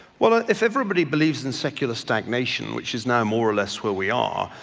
well if everybody believes in secular stagnation, which is now more or less where we are,